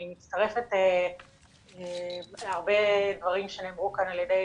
אני מצטרפת להרבה דברים שנאמרו כאן על ידי